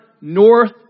North